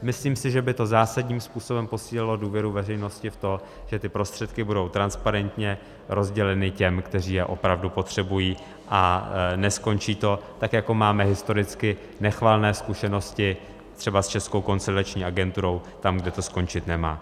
Myslím si, že by to zásadním způsobem posílilo důvěru veřejnosti v to, že ty prostředky budou transparentně rozděleny těm, kteří je opravdu potřebují, a neskončí to, tak jako máme historicky nechvalné zkušenosti třeba s Českou konsolidační agenturou, tam, kde to skončit nemá.